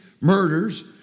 murders